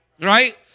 right